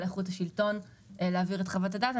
לאיכות השלטון להעביר את חוות הדעת.